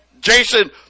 Jason